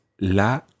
la